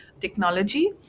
technology